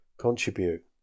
contribute